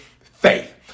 faith